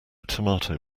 tomato